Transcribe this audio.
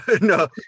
no